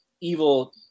evil